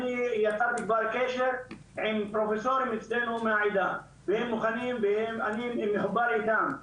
אני יצרתי כבר קשר עם פרופסורים אצלנו מהעדה ואני מחובר איתם.